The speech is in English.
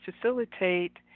facilitate